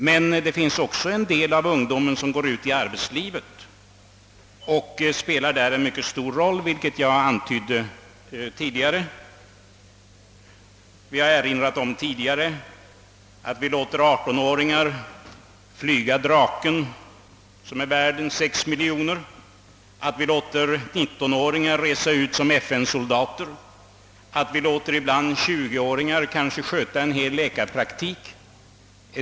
Men det finns också en del ungdomar som går ut i arbetslivet och där spelar en mycket stor roll, vilket jag tidigare antytt. Vi har tidigare erinrat om att 18 åringar får flyga Draken, som är värd omkring 6 miljoner kronor, att vi låter 19-åringar resa ut som FN-soldater och att vi kanske ibland låter 20-åringar sköta en hel läkarpraktik.